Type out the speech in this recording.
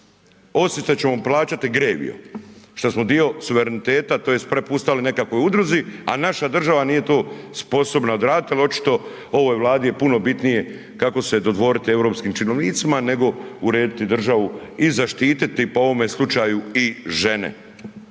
sutra ćemo plaćati Greviju što smo dio suvereniteta tj. prepustali nekakvoj udruzi, a naša država nije to sposobna odradit jel očito ovoj Vladi je puno bitnije kako se dodvorit europskim činovnicima nego urediti državu i zaštiti po ovome slučaju i žene